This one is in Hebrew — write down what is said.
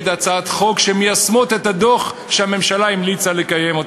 הצעות חוק שמיישמות את הדוח שהממשלה המליצה לקיים: